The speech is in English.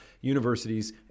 universities